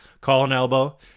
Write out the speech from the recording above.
Call-An-Elbow